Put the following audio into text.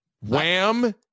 wham